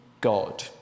God